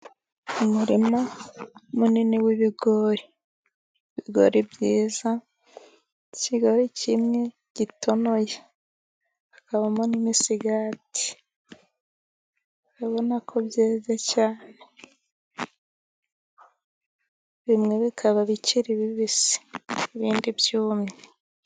Umurima munini w' ibigori; ibigori byiza, ikigori kimwe gitonoye hakabamo n' imisigati urabona ko byeze bimwe bikaba bikiri bibisi ibindi byumye.